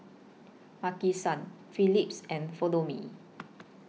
Maki San Phillips and Follow Me